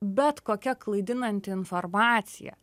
bet kokia klaidinanti informacija